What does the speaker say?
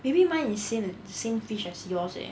maybe mine is same same fish as yours eh